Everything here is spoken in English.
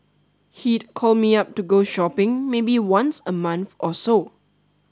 he'd call me up to go shopping maybe once a month or so